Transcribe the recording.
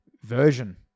version